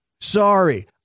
Sorry